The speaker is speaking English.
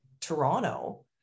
Toronto